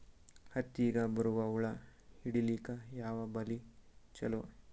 ಹತ್ತಿಗ ಬರುವ ಹುಳ ಹಿಡೀಲಿಕ ಯಾವ ಬಲಿ ಚಲೋ?